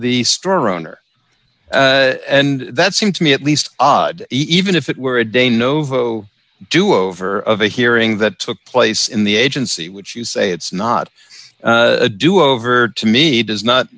the store owner and that seemed to me at least odd even if it were a de novo do over of a hearing that took place in the agency which you say it's not a do over to me does not